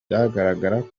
byagaragaraga